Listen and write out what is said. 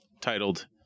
Titled